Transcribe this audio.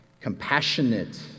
compassionate